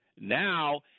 Now